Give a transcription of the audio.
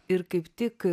ir kaip tik